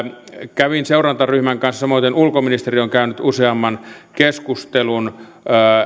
kävin seurantaryhmän kanssa samoiten ulkoministeri on käynyt useamman keskustelun